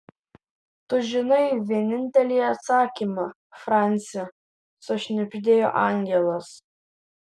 tu žinai vienintelį atsakymą franci sušnibždėjo angelas